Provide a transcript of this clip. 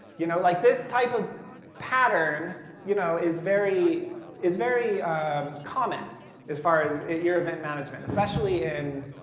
you know like this type of pattern you know is very is very common as far as your event management, especially in